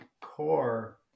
core